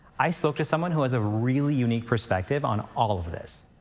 i spoke to someone who has a really unique perspective on all of this.